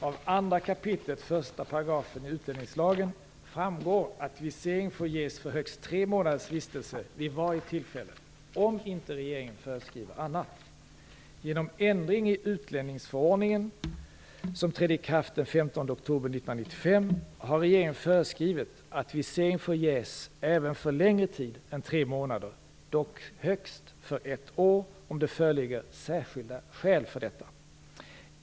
Av 2 kap. 1 § utlänningslagen framgår att visering får ges för högst tre månaders vistelse vid varje tillfälle om inte regeringen föreskriver annat. Genom ändring i utlänningsförordningen , som trädde i kraft den 15 oktober 1995, har regeringen föreskrivit att visering får ges även för längre tid än tre månader, dock för högst ett år, om det föreligger särskilda skäl för det.